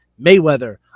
Mayweather